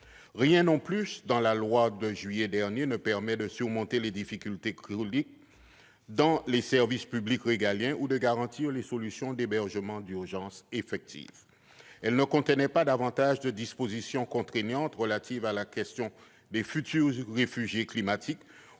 Rien non plus, dans la loi de juillet dernier, ne permet de surmonter les difficultés chroniques dans les services publics régaliens ni de garantir des solutions d'hébergement d'urgence effectives. La loi ne comporte pas davantage de dispositions contraignantes relatives à la question des futurs réfugiés climatiques ou destinées à lutter